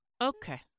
Okay